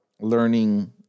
learning